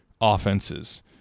offenses